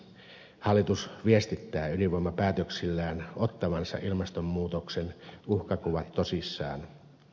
hallitus viestittää ydinvoimapäätöksillään ottavansa ilmastonmuutoksen uhkakuvat tosissaan